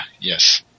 yes